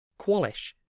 Qualish